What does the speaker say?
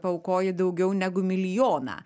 paaukoji daugiau negu milijoną